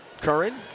Curran